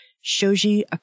Shoji